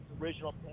original